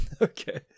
Okay